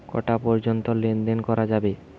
কটা পর্যন্ত লেন দেন করা যাবে?